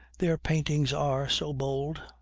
their paintings are so bold,